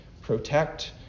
protect